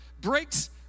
breaks